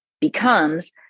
becomes